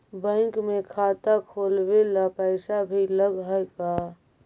Bank में खाता खोलाबे ल पैसा भी लग है का?